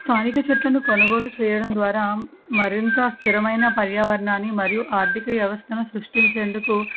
స్థానిక చెట్లను కొనుగోలు చేయడం ద్వారా మరింత స్థిరమైన పర్యావరణాన్ని మరియు ఆర్థిక వ్యవస్థను సృష్టించేందుకు